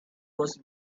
was